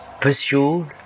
pursued